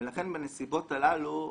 ולכן בנסיבות הללו,